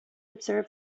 observe